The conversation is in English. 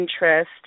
Interest